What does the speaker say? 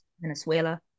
Venezuela